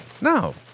No